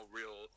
real